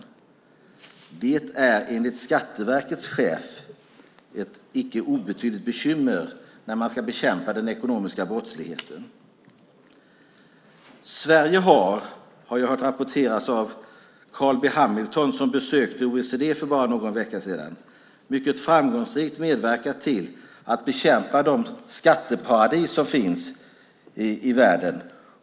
Det är enligt Skatteverkets chef ett icke obetydligt bekymmer när man ska bekämpa den ekonomiska brottsligheten. Jag har hört rapporteras om av Carl B Hamilton, som besökte OECD för bara någon vecka sedan, att Sverige mycket framgångsrikt har medverkat till att bekämpa de skatteparadis som finns i världen.